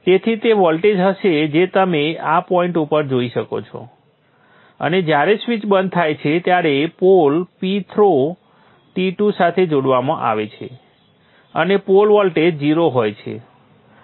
તેથી તે વોલ્ટેજ હશે જે તમે આ પોઈન્ટ ઉપર જોઈ શકો છો અને જ્યારે સ્વીચ બંધ થાય છે ત્યારે પોલ P થ્રો T2 સાથે જોડવામાં આવે છે અને પોલ વોલ્ટેજ 0 હોય છે